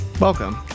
Welcome